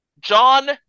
John